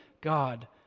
God